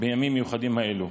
בימים מיוחדים אלה.